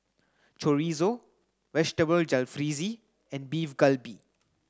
Chorizo Vegetable Jalfrezi and Beef Galbi